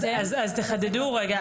תחדדו רגע.